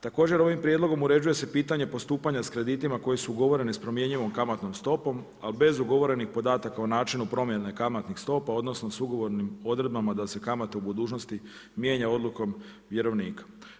Također ovim prijedlogom uređuje se pitanje postupanja s kreditima koji su ugovorene s promjenjivom kamatnom stopom, ali bez ugovorenih podataka o načinu promjene kamatnih stopa odnosno s ugovornim odredbama da se kamate u budućnosti mijenja odlukom vjerovnika.